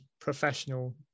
professional